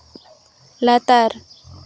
ᱞᱟᱛᱟᱨ